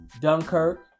Dunkirk